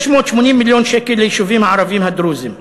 680 מיליון שקל ליישובים הערביים הדרוזיים,